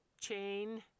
chain